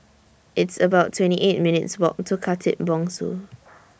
It's about twenty eight minutes' Walk to Khatib Bongsu